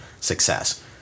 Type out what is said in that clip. success